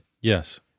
Yes